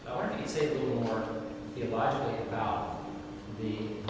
say a little more theologically about the